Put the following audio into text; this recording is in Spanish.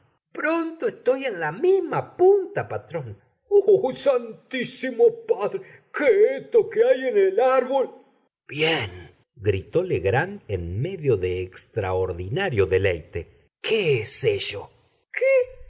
pronto etoy en la mima punta patrón o o o oh santísimo padre qué es eto que hay en el árbol bien gritó legrand en medio de extraordinario deleite qué es ello qué